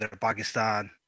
Pakistan